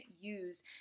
use